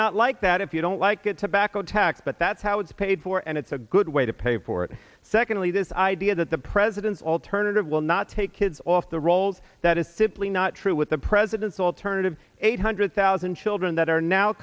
not like that if you don't like a tobacco tax but that's how it's paid for and it's a good way to pay for it secondly this idea that the president's alternative will not take kids off the rolls that is simply not true with the president's alternative eight hundred thousand children that are now